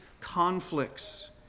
conflicts